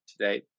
today